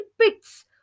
pits